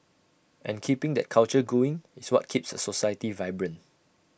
and keeping that culture going is what keeps A society vibrant